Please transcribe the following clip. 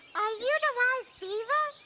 the and wise beaver?